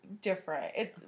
different